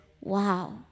wow